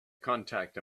contact